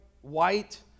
white